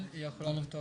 יש גם תזכיר ממשלתי גדול,